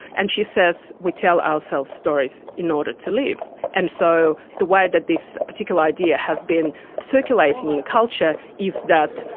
and she says we tell ourselves stories in order to live. and so the that this particular idea has been circulating in culture is that,